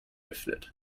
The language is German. öffnet